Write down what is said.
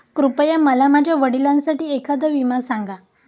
कृपया मला माझ्या वडिलांसाठी एखादा विमा सांगा